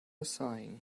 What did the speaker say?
sighing